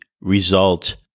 result